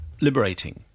liberating